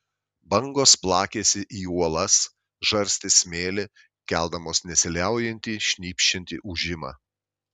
bangos plakėsi į uolas žarstė smėlį keldamos nesiliaujantį šnypščiantį ūžimą